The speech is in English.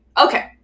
Okay